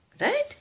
Right